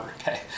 okay